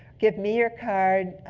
give me your card.